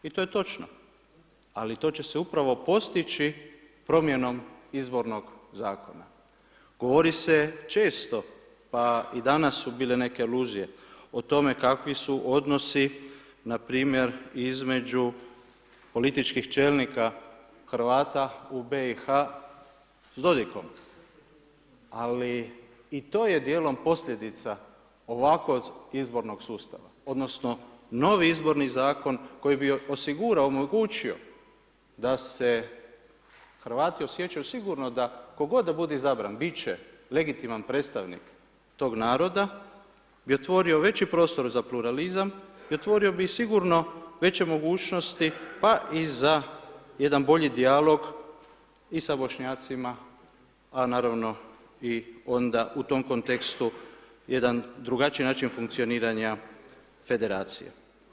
I to je točno, ali to će se upravo postići promjenom izbornog zakona, govori se često pa i danas su bile neke iluzije o tome kakvi su odnosi npr. između političkih čelnika Hrvata u BiH s Dodikom, ali i to je djelom posljedica ovakvog izbornog sustava odnosno novi izborni zakon koji bi osigurao, omogućio da se Hrvati osjećaju sigurno tko god da bude izabran, bit će legitiman predstavnik tog naroda, bi otvorio veći prostor za pluralizam i otvorio bi sigurno veće mogućnosti pa i za jedan bolji dijalog i sa Bošnjacima, a naravno onda u tom kontekstu jedan drugačiji način funkcioniranja federacije.